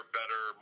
better